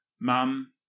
mum